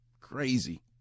Crazy